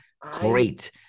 great